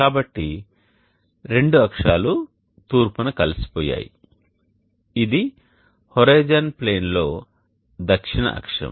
కాబట్టి రెండు అక్షాలు తూర్పున కలిసిపోయాయి ఇది హోరిజోన్ ప్లేన్లో దక్షిణ అక్షం